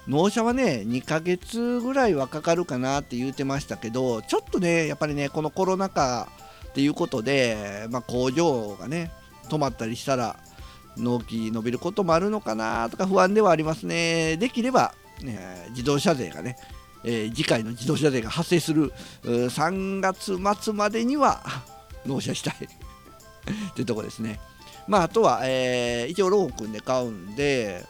納車はね、二ヶ月ぐらいはかかるかなって言ってましたけど、ちょっとね、やっぱりね、このコロナ禍っていうことで、まあ、工場がね、止まったりしたら、納期延びることもあるのかなとか不安ではありますね。できれば、えー、自動車税がね、えー、次回の自動車税が発生する、うー、3月末までには、 納車したい ってとこですね。まあ、あとは、えー、一応ローン組んで買うんで、